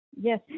Yes